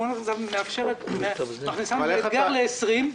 תמונת המצב מכניסה אתגר ל-2020.